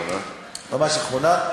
ממש אחרונה.